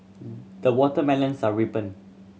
the watermelons are ripened